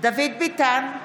דוד ביטן,